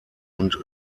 und